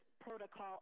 protocol